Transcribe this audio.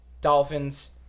Dolphins